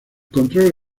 control